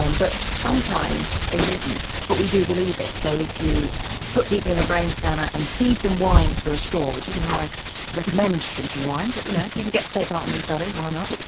um but sometimes it isn't, but we do believe it. so if you put people in a brain scanner and feed them wine through a straw, which isn't how i'd recommend drinking wine but if you know you can get to take part in these studies, why not,